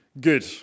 Good